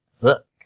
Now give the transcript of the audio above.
look